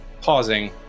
pausing